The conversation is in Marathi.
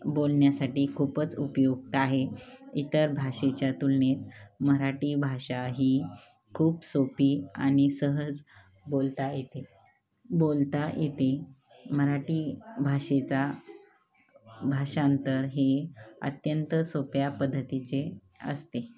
बोलण्यासाठी खूपच उपयुक्त आहे इतर भाषेच्या तुलनेच मराठी भाषा ही खूप सोपी आणि सहज बोलता येते बोलता येते मराठी भाषेचा भाषांतर हे अत्यंत सोप्या पद्धतीचे असते